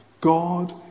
God